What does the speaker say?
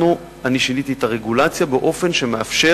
אני שיניתי את הרגולציה באופן שמאפשר